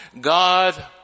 God